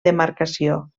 demarcació